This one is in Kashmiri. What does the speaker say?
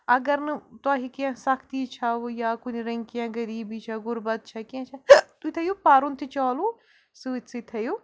اَگر نہٕ تۄہہِ کیٚنٛہہ سَختی چھَوٕ یا کُنہِ رٔنٛگۍ کیٚنٛہہ غریٖبی چھےٚ غُربَت چھےٚ کیٚنٛہہ چھےٚ تُہۍ تھٲیِو پَرُن تہِ چالو سۭتۍ سۭتۍ تھٲیِو